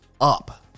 up